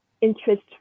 interest